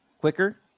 Quicker